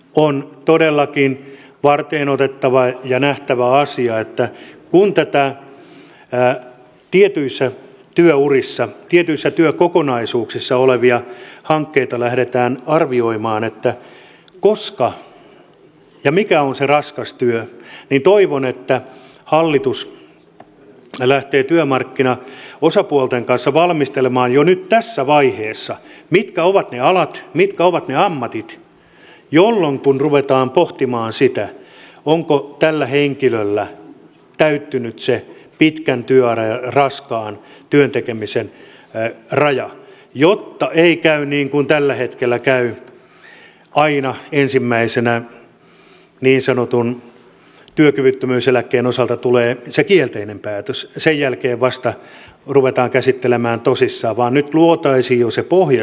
on todellakin varteen otettava ja nähtävä asia kun näitä tietyissä työurissa tietyissä työkokonaisuuksissa olevia hankkeita lähdetään arvioimaan että koska ja mikä on se raskas työ että hallitus lähtee työmarkkinaosapuolten kanssa valmistelemaan jo nyt tässä vaiheessa sitä mitkä ovat ne alat mitkä ovat ne ammatit jolloin kun ruvetaan pohtimaan sitä onko tällä henkilöllä täyttynyt se pitkän työuran ja raskaan työn tekemisen raja niin ei kävisi niin kuin tällä hetkellä käy aina ensimmäisenä niin sanotun työkyvyttömyyseläkkeen osalta että tulee se kielteinen päätös ja sen jälkeen vasta ruvetaan käsittelemään tosissaan vaan nyt luotaisiin jo se pohja